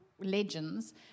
legends